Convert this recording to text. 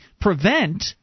prevent